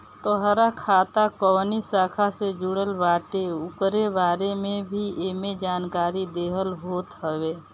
तोहार खाता कवनी शाखा से जुड़ल बाटे उकरे बारे में भी एमे जानकारी देहल होत हवे